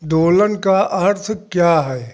दोलन का अर्थ क्या है